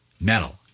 metal